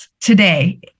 today